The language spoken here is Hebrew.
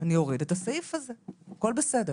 אני אוריד את הסעיף הזה, הכל בסדר.